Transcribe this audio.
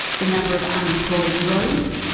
the number of unemployed rose,